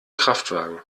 kraftwagen